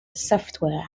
software